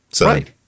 Right